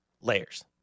layers